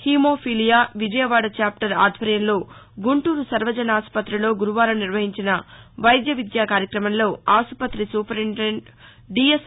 haemophilia Vijayawada chapter ఆధ్వర్యంలో గుంటూరు సర్వజనాసుపతిలో గురువారం నిర్వహించిన నిరంతర వైద్య విద్య కార్యకమంలో ఆసుపత్రి సూపరింటెండెంట్ డిఎస్